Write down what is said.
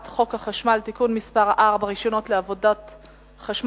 חוק החשמל (תיקון מס' 4) (רשיונות לעבודות חשמל),